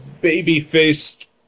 baby-faced